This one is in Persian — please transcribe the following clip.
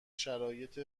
شرایط